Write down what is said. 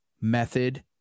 method